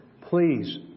Please